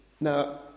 Now